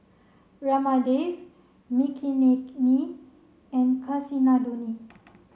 Ramdev Makineni and Kasinadhuni